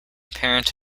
parent